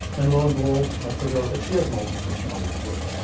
and lo and behold, i figure out that she has multiple personality disorder.